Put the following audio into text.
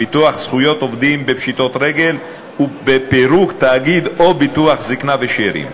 ביטוח זכויות עובדים בפשיטות רגל ובפירוק תאגיד או ביטוח זיקנה ושאירים,